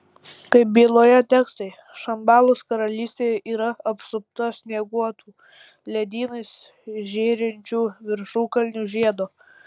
kaip byloja tekstai šambalos karalystė yra apsupta snieguotų ledynais žėrinčių viršukalnių žiedo